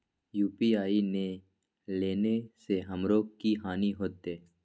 UPI ने लेने से हमरो की हानि होते?